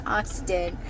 Austin